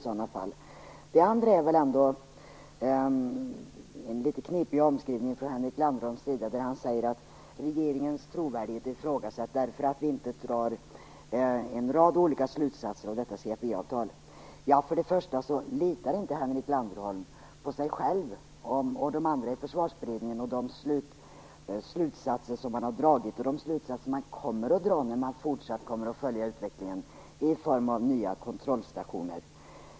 Henrik Landerholm gör en litet knepig omskrivning när han säger att regeringens trovärdighet är ifrågasatt därför att vi inte drar en rad olika slutsatser av CFE-avtalet. Litar inte Henrik Landerholm på sig själv, på de andra i Försvarsberedningen och på de slutsatser man har dragit och kommer att dra när man fortsatt kommer att följa utvecklingen i form av nya kontrollstationer?